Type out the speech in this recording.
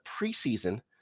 preseason